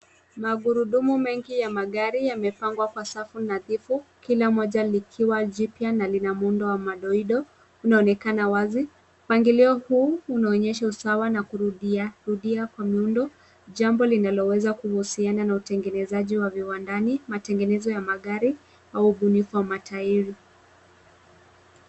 Magurudumu mengi ya magari, yamepangwa kwa safu nadhifu kila moja likiwa jipya na lina muundo wa madoido unaonekana wazi mpangilio huu unaonyesha usawa na kurudia rudia kwa miundo, jambo linaloweza kuhusiana na utengenezaji wa viwandani, matengezo wa magari au ubunifu wa matairi .